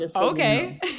Okay